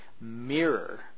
mirror